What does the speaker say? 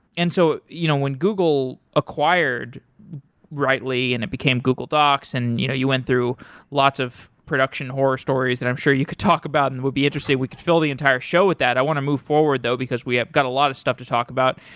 and so you know when google acquired writely and it became google docs and you know you went through lots of production horror stories that i'm sure you could talk about and would be interested. we can fill the entire show with that. i want to move forward though, because we've got a lot of stuff to talk about.